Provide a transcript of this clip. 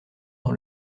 dans